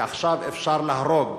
כי עכשיו אפשר להרוג